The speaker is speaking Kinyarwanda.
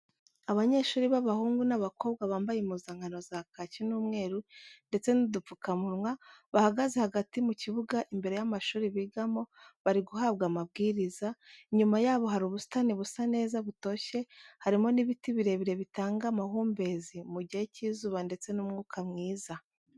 Abanyeshuri b'abahungu n'abakobwa bambaye impuzankano za kaki n'umweru ndetse n'udupfukamunwa, bahagaze hagati mu kibuga imbere y'amashuri bigamo bariguhabwa amabwiriza, inyuma yabo hari ubusitani busa neza butoshye harimo n'ibiti birebire bitanga amahumbezi mu gihe cy'izuba ndetse n'umwuka mwiza.